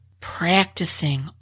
practicing